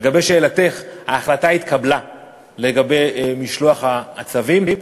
לגבי שאלתך, ההחלטה לגבי משלוח הצווים התקבלה.